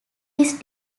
his